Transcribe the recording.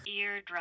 eardrum